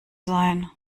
sein